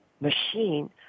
machine